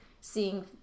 seeing